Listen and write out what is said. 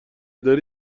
داری